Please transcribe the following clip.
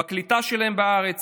בקליטה שלהם בארץ